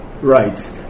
right